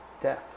Death